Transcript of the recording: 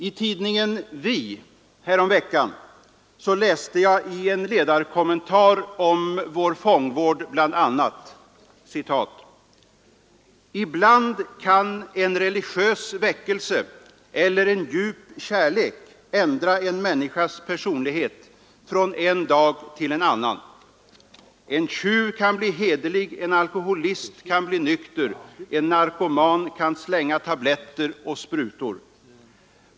I tidningen Vi häromveckan läste jag i en ledarkommentar om vår fångvård bl.a.: ”Ibland kan en religiös väckelse eller en djup kärlek ändra en människas personlighet från en dag till en annan. En tjuv kan bli hederlig, en alkoholist kan bli nykter, en narkoman kan slänga tabletter och sprutor.